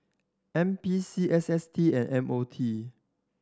N P C S S T and M O T